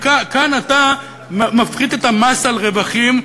כאן אתה מפחית את המס על רווחים,